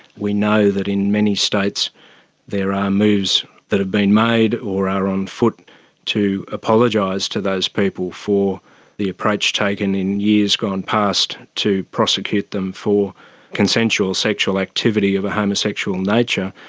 we know that in many states there are moves that have been made or are on foot to apologise to those people for the approach taken in years gone past to prosecute them for consensual sexual activity of a homosexual nature,